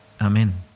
amen